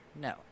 No